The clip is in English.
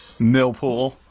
Millpool